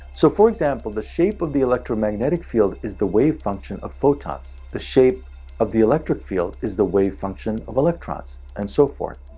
so for example, the shape of the electromagnetic field is the wave function of photons. the shape of the electric field is the wave function of electrons, and so forth.